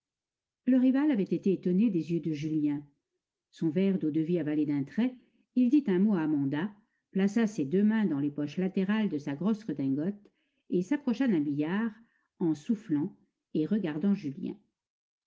le rival avait été étonné des yeux de julien son verre d'eau-de-vie avalé d'un trait il dit un mot à amanda plaça ses deux mains dans les poches latérales de sa grosse redingote et s'approcha d'un billard en soufflant et regardant julien